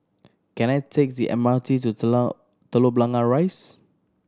can I take the M R T to Telok Blangah Rise